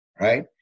right